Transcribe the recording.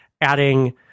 adding